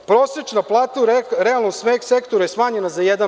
Prosečna plata u realnom sektoru je smanjena za 1%